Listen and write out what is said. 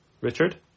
Richard